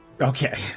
Okay